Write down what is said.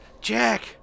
Jack